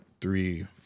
three-